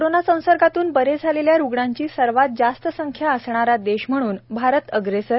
corona संसर्गातून बरे झालेल्या रुग्णांची सर्वात जास्त संख्या असणारा देश म्हणून भारत अग्रेसर